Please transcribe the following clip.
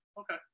okay